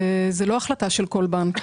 זוהי לא החלטה של כל בנק.